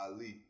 Ali